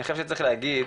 אני חושב שצריך להגיד,